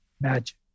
Magic